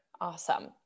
Awesome